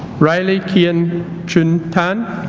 riley kien chun tan